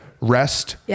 rest